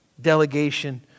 delegation